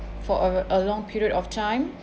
for a a long period of time